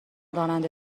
راننده